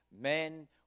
men